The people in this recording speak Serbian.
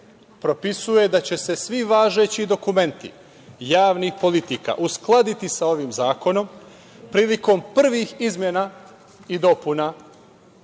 propisuje da će se svi važeći dokumenti javnih politika uskladiti sa ovim zakonom prilikom prvih izmena i dopuna